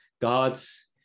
God's